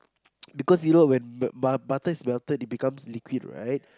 because you know when but~ butter is melted it becomes liquid right